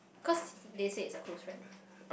cause he they say is a close friend